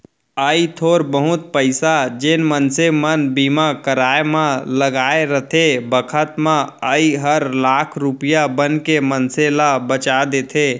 अइ थोर बहुत पइसा जेन मनसे मन बीमा कराय म लगाय रथें बखत म अइ हर लाख रूपया बनके मनसे ल बचा देथे